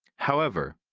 however,